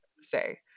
say